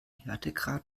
härtegrad